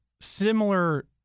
similar